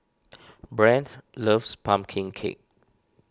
Brande loves Pumpkin Cake